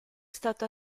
stato